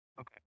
Okay